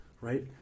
right